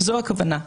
זו הכוונה.